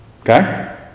Okay